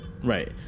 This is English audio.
Right